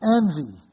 envy